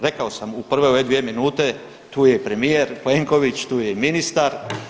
Rekao sam u prve ove dvije minute, tu je i premijer Plenković, tu je i ministar.